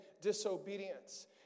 disobedience